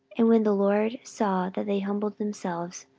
and when the lord saw that they humbled themselves,